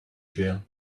jail